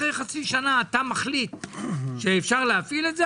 אחרי חצי שנה אתה מחליט שאפשר להפעיל את זה,